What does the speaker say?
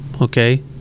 okay